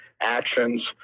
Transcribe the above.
actions